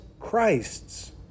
Christs